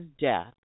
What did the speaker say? death